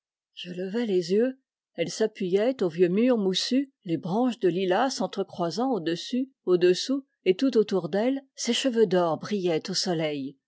je levai les yeux elle s'appuyait au vieux mur moussu les branches de lilas sentre croisant au-dessus au-dessous et tout autour d'elle ses cheveux d'or brillaient au soleil